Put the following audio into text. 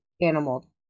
animal